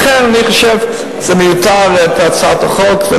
לכן אני חושב שהצעת החוק מיותרת,